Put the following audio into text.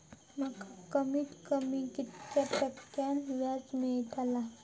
माका कमीत कमी कितक्या टक्क्यान व्याज मेलतला?